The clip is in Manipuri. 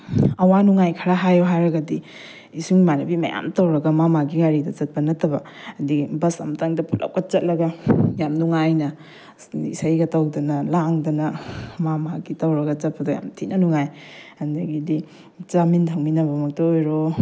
ꯑꯋꯥ ꯅꯨꯡꯉꯥꯏ ꯈꯔ ꯍꯥꯏꯌꯨ ꯍꯥꯏꯔꯒꯗꯤ ꯏꯁꯨꯡ ꯏꯃꯥꯟꯅꯕꯤ ꯃꯌꯥꯝ ꯇꯧꯔꯒ ꯃꯥ ꯃꯥꯒꯤ ꯒꯥꯔꯤꯗ ꯆꯠꯄ ꯅꯠꯇꯕ ꯍꯥꯏꯗꯤ ꯕꯁ ꯑꯃꯇꯪꯗ ꯄꯨꯂꯞꯀ ꯆꯠꯂꯒ ꯌꯥꯝ ꯅꯨꯡꯉꯥꯏꯅ ꯑꯁ ꯏꯁꯩꯒ ꯇꯧꯗꯅ ꯂꯥꯡꯗꯅ ꯃꯥ ꯃꯥꯒꯤ ꯇꯧꯔꯒ ꯆꯠꯄꯗꯣ ꯌꯥꯝ ꯊꯤꯅ ꯅꯨꯡꯉꯥꯏ ꯑꯗꯒꯤꯗꯤ ꯆꯥꯃꯤꯟ ꯊꯛꯃꯤꯟꯅꯕꯃꯛꯇ ꯑꯣꯏꯔꯣ